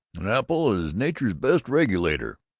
an apple is nature's best regulator.